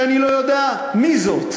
שאני לא יודע מי זאת,